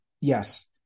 Yes